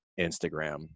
Instagram